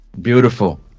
beautiful